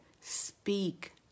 Speak